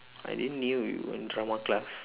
I didn't knew you were in drama class